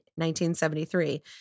1973